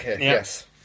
yes